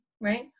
right